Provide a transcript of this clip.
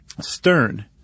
Stern